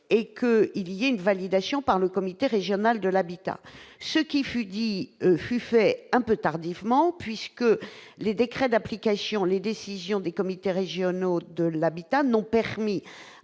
sélection soit validée par le comité régional de l'habitat. Ce qui fut dit fut fait un peu tardivement : les décrets d'application et les décisions des comités régionaux de l'habitat n'ont permis